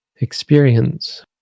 experience